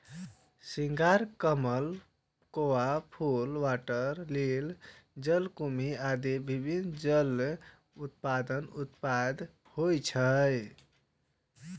सिंघाड़ा, कमल, कोका फूल, वाटर लिली, जलकुंभी आदि विभिन्न जलीय वनस्पतिक उत्पादन होइ छै